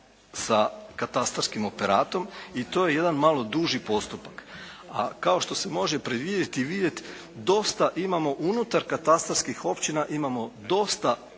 sa katastarskim operatom i to je jedan malo duži postupak. A kao što se može predvidjeti i vidjet, dosta imamo unutar katastarskih općina imamo dosta